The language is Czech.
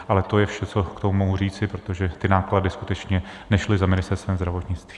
Ale to je vše, co k tomu mohu říci, protože ty náklady skutečně nešly za Ministerstvem zdravotnictví.